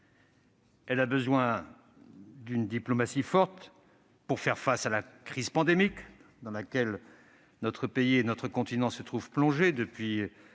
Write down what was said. France a besoin d'une diplomatie forte pour faire face à la crise pandémique dans laquelle notre pays et notre continent se trouvent plongés depuis plusieurs